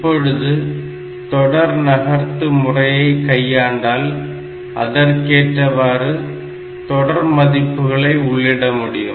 இப்பொழுது தொடர் நகர்த்து முறையை கையாண்டால் அதற்கேற்றவாறு தொடர் மதிப்புகளை உள்ளிட வேண்டும்